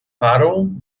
parą